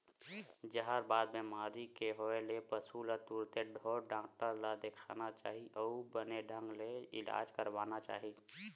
जहरबाद बेमारी के होय ले पसु ल तुरते ढ़ोर डॉक्टर ल देखाना चाही अउ बने ढंग ले इलाज करवाना चाही